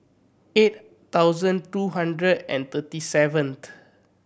eight thousand two hundred and thirty seventh